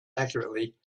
accurately